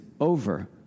over